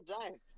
Giants